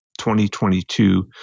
2022